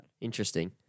Interesting